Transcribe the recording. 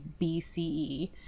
BCE